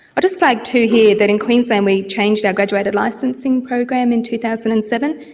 i'll just flag too here that in queensland we changed our graduated licensing program in two thousand and seven,